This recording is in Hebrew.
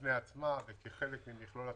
בפני עצמה וגם כחלק ממכלול התוכניות.